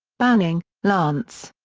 banning, lance.